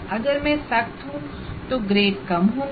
अगर मैं सख्त हूं तो ग्रेड कम होंगे